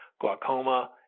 glaucoma